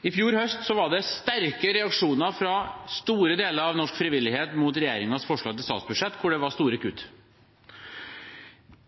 I fjor høst var det sterke reaksjoner fra store deler av norsk frivillighet mot regjeringens forslag til statsbudsjett, hvor det var store kutt.